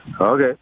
Okay